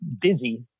busy